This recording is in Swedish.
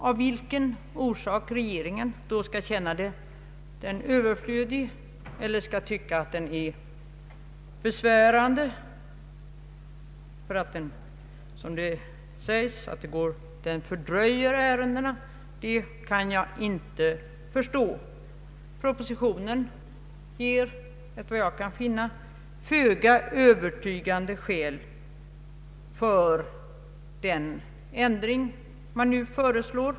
Av vilken orsak regeringen skulle finna granskningen överflödig eller besvärande, för att den, som det sägs, fördröjer ärendena, kan jag inte förstå. Propositionen anger, efter vad jag kan finna, föga övertygande skäl för den ändring man nu föreslår.